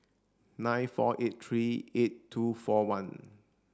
nine four eight three eight two four one